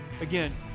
Again